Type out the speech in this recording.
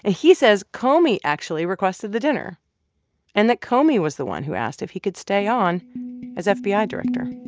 ah he says comey actually requested the dinner and that comey was the one who asked if he could stay on as fbi ah director